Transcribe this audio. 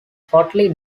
hotly